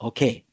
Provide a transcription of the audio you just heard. Okay